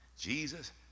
Jesus